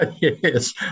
Yes